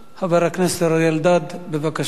חבר הכנסת אריה אלדד, בבקשה.